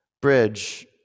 Bridge